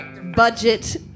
budget